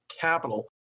Capital